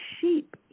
sheep